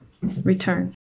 return